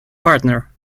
partner